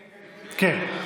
כן, כן.